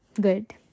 Good